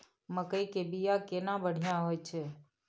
मकई के बीया केना बढ़िया होय छै?